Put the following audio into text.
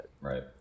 right